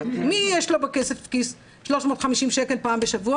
מי יש לו בכיס 350 שקל פעם בשבוע?